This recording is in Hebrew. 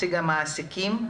נציג המעסיקים,